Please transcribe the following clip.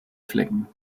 flecken